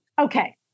okay